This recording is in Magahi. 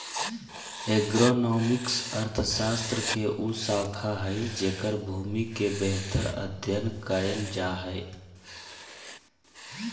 एग्रोनॉमिक्स अर्थशास्त्र के उ शाखा हइ जेकर भूमि के बेहतर अध्यन कायल जा हइ